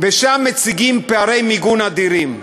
ושם מציגים פערי מיגון אדירים.